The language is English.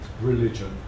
religion